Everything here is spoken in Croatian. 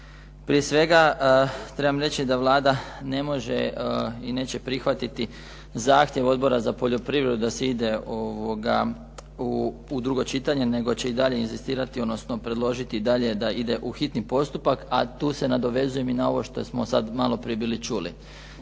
Prije svega trebam reći da Vlada ne može i neće prihvatiti zahtjev Odbora za poljoprivredu da se ide u drugo čitanje, nego će i dalje inzistirati, odnosno predložiti i dalje da ide u hitni postupak, a tu se nadovezujem i na ovo što smo sad maloprije bili čuli.